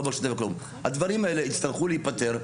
הדברים האלה יצטרכו להיפתר.